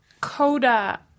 CODA